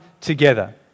together